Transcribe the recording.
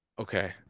Okay